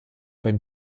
beim